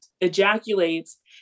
ejaculates